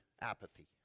apathy